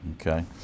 Okay